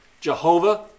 Jehovah